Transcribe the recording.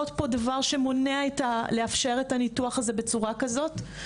הדבר שמונע לאפשר את הניתוח הזה בצורה כזו?